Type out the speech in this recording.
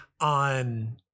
on